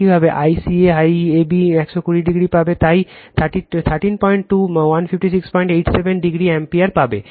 একইভাবে ICA IAB 120o পাবে তাই 132 15687o অ্যাম্পিয়ার পাবে